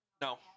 No